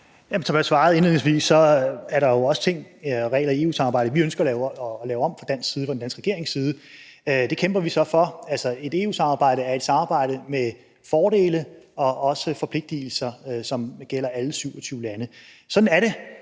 er der jo også regler i EU-samarbejdet, vi ønsker at lave om på fra den danske regerings side, og det kæmper vi så for. Altså, EU-samarbejdet er et samarbejde med både fordele og forpligtelser, som gælder alle 27 lande. Sådan er det.